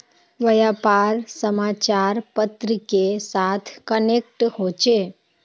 व्यापार समाचार पत्र के साथ कनेक्ट होचे?